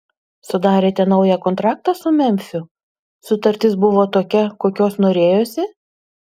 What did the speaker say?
sudarėte naują kontraktą su memfiu sutartis buvo tokia kokios norėjosi